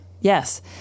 yes